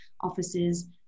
offices